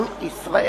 עם ישראל,